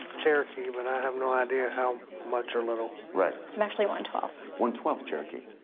cherokee. but i have no idea how much or little. right. i'm actually one-twelfth. one-twelfth cherokee.